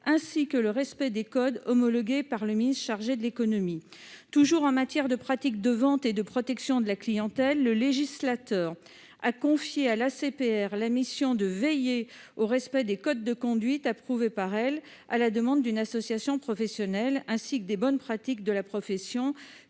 ainsi que des codes homologués par le ministre chargé de l'économie. Toujours en matière de pratique de vente et de protection de la clientèle, le législateur a confié à l'ACPR la mission de veiller au respect des codes de conduite approuvés par elle, à la demande d'une association professionnelle, ainsi que des bonnes pratiques de la profession